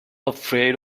afraid